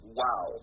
wow